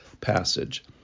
passage